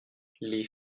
les